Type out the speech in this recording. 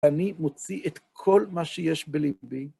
אני מוציא את כל מה שיש בלבי.